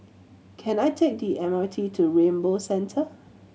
can I take the M R T to Rainbow Centre